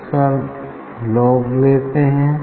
इसका लोग लेते हैं